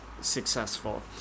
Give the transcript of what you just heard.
successful